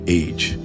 age